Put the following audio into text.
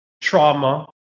trauma